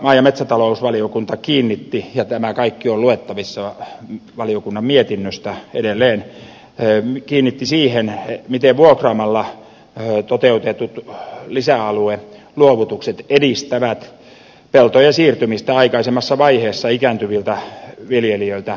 maa ja metsätalousvaliokunta kiinnitti huomiota siihen ja tämä kaikki on luettavissa valiokunnan mietinnöstä edelleen miten vuokraamalla toteutetut lisäalueluovutukset edistävät peltojen siirtymistä aikaisemmassa vaiheessa ikääntyviltä viljelijöiltä nuoremmille